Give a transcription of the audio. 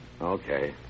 Okay